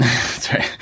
Sorry